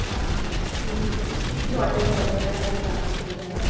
ਹਾਂਜੀ ਕਿ ਜੀ ਤੁਹਾਡੇ ਹੈਗੇ ਆ ਇਹਨਾਂ ਦੇ ਚਾਰਜਸ ਵਗੈਰਾ